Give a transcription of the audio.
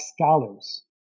scholars